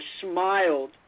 smiled